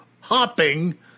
hopping